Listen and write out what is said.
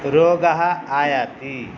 रोगः आयाति